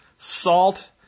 salt